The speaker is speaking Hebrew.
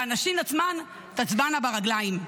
והנשים עצמן תצבענה ברגליים.